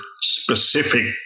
specific